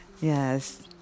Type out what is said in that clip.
Yes